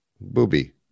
Booby